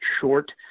short